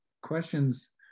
questions